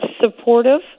supportive